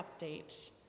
updates